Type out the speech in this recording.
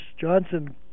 Johnson